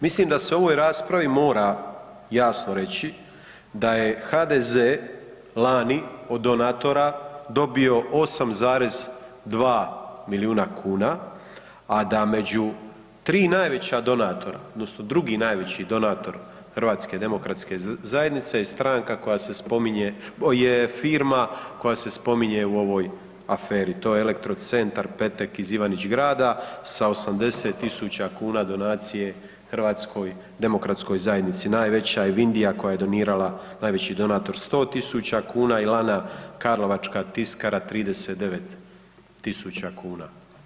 Mislim da se u ovoj raspravi moram jasno reći da je HDZ lani od donatora dobio 8,2 milijuna kuna, a da među 3 najveća donatora odnosno drugi najveći donator HDZ-a je stranka koja se spominje, je firma koja se spominje u ovoj aferi, to je Elektrocentar Petek iz Ivanić Grada sa 80.000 kuna donacije HDZ-u, najveća je Vindija koja je donirala, najveći donator 100.000 kuna i Lana karlovačka tiskara 39.000 kuna.